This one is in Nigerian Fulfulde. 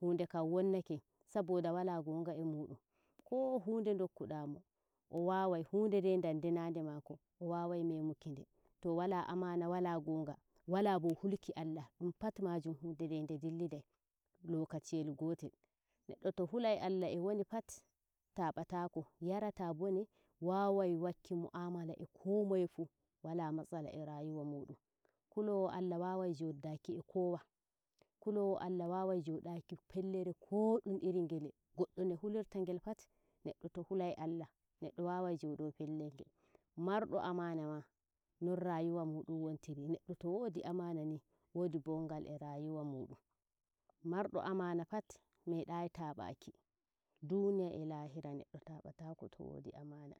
hunde kam wonnake saboda wala gonga e mudum koo hunde dokku damo o wawai hunde nde danda naa nde mako o awaii memukide to wala amana wala ngongan wala bo hulki ALLAH dum pat majum hudede de dillidai lokaciyegootol neddo to hulai ALLAH e woni patb taabatako yarata bone wawai wakki mu'amala e ko moye fu wala matsala e rayuwa mudum. kulopwa ALLAH wawai joddaki e kowa kulowo ALLAH wawai jodaki fellere kodum in ngele goddo no hulirtab ngel pat neddo to hulai ALLAH wawai jodo pellel ngel mardo amana ma non rayuwa mudum wontiri neddo to wala amana ni wodi bongal e rayuwa mudum mardo amana pat media taabaki duniya e lahira neddo taabatako to wodi amana